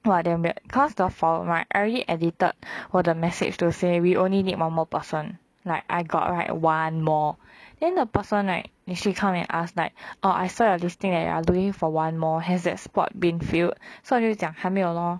!wah! damn bad cause the form right I already edited 我的 message to say we only need one more person like I got right one more then the person right actually come and ask like orh I saw your listings that you are looking for one more has that spot been billed 所以我就讲还没有咯